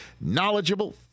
knowledgeable